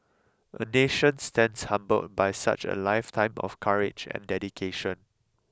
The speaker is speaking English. a nation stands humbled by such a lifetime of courage and dedication